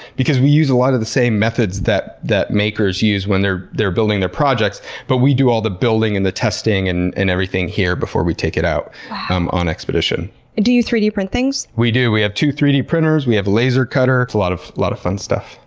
because we use a lot of the same methods that that makers use when they're they're building their projects, but we do all the building and the testing and and everything here before we take it out um on expedition. wooow! and do you three d print things? we do. we have two three d printers, we have a laser cutter. it's a lot of lot of fun stuff.